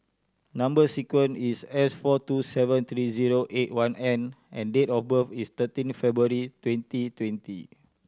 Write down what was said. number sequence is S four two seven three zero eight one N and date of birth is thirteen February twenty twenty